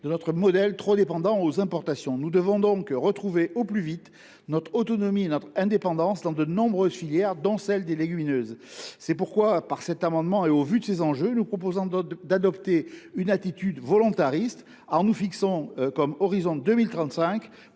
de notre modèle, trop dépendant des importations. Nous devons donc retrouver au plus vite notre autonomie et notre indépendance dans de nombreuses filières, dont celle des légumineuses. C’est pourquoi, par cet amendement, nous proposons d’adopter une attitude volontariste face à ces